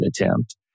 attempt